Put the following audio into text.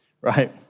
right